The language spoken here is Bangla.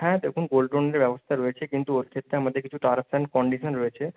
হ্যাঁ দেখুন গোল্ড লোনের ব্যবস্থা রয়েছে কিন্তু ওর ক্ষেত্রে আমাদের কিছু টার্মস অ্যান্ড কন্ডিশন রয়েছে